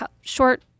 short